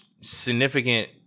significant